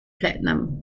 platinum